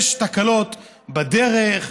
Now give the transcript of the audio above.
יש תקלות בדרך,